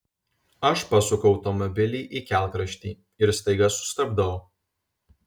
aš pasuku automobilį į kelkraštį ir staiga sustabdau